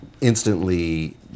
instantly